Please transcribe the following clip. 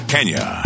Kenya